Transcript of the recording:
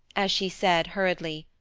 as she said hurriedly,